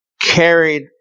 carried